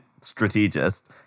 strategist